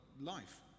life